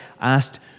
asked